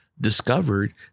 Discovered